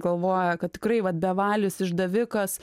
galvoja kad tikrai vat bevalis išdavikas